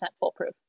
foolproof